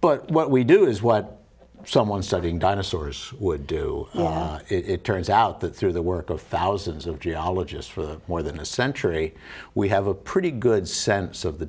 but what we do is what someone studying dinosaurs would do it turns out that through the work of thousands of geologists for more than a century we have a pretty good sense of the